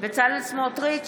בצלאל סמוטריץ'